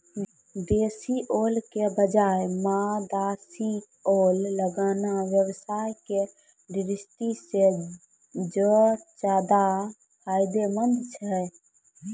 देशी ओल के बजाय मद्रासी ओल लगाना व्यवसाय के दृष्टि सॅ ज्चादा फायदेमंद छै